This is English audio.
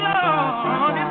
Lord